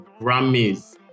Grammys